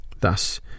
Thus